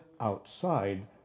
outside